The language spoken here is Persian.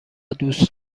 دوست